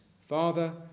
Father